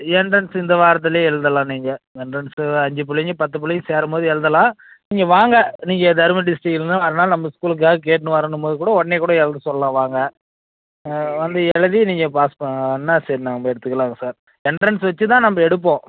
entrance இந்த வாரத்திலே எழுதலாம் நீங்கள் எண்ட்ரன்ஸ்ஸு அஞ்சு பிள்ளைங்க பத்து பிள்ளைங்க சேரும்போது எழுதலாம் நீங்கள் வாங்க நீங்கள் தருமபுரி டிஸ்ட்ரிக்ட்லேருந்து வரணுனாலும் நம்ம ஸ்கூலுக்காக கேட்டுனு வரணும்போது கூட உடனே கூட எழுத சொல்லலாம் வாங்க ஆ வந்து எழுதி நீங்கள் பாஸ் பண்ணால் சரி நம்ம எடுத்துக்கலாங்க சார் எண்ட்ரன்ஸ் வச்சு தான் நம்ம எடுப்போம்